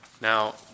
Now